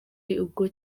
ubwo